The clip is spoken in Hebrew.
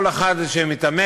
כל אחד שמתעמק